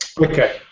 Okay